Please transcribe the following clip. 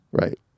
Right